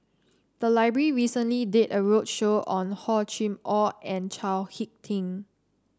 the library recently did a roadshow on Hor Chim Or and Chao HicK Tin